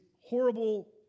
horrible